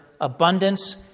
abundance